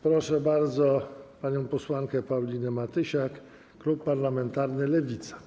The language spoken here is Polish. Proszę bardzo panią posłankę Paulinę Matysiak, klub parlamentarny Lewica.